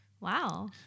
Wow